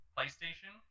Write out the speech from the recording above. PlayStation